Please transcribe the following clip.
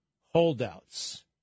holdouts